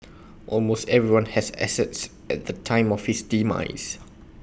almost everyone has assets at the time of his demise